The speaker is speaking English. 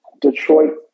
Detroit